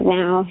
now